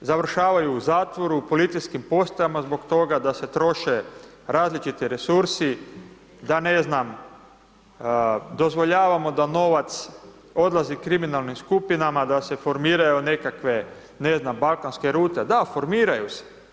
završavaju u zatvoru, u policijskim postajama zbog toga da se troše različiti resursi, da ne znam, dozvoljavamo da novac odlazi kriminalnim skupinama, da se formiraju nekakve ne znam, balkanske rute, da, formiraju se.